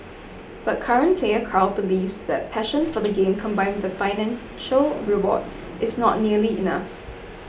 but current player Carl believes that passion for the game combined with a financial reward is not nearly enough